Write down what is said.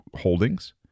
holdings